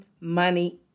money